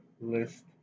list